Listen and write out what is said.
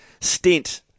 stint